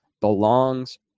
belongs